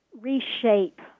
reshape